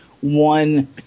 one